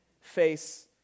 face